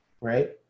right